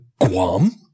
Guam